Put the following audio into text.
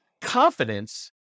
confidence